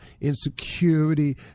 insecurity